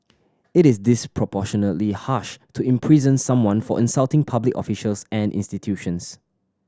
it is disproportionately harsh to imprison someone for insulting public officials and institutions